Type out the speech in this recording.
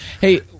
Hey